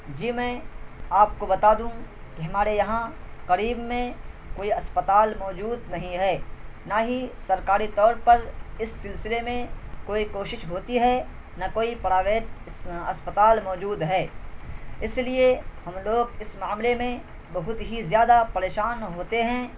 جی میں آپ کو بتا دوں کہ ہمارے یہاں قریب میں کوئی اسپتال موجود نہیں ہے نہ ہی سرکاری طور پر اس سلسلے میں کوئی کوشش ہوتی ہے نہ کوئی پرائیویٹ اسپتال موجود ہے اس لیے ہم لوگ اس معاملے میں بہت ہی زیادہ پریشان ہوتے ہیں